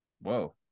Whoa